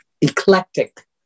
eclectic